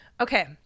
okay